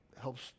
helps